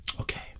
okay